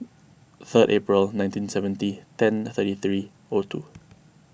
third April one nineteen seventy ten thirty three O two